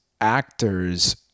actors